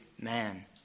man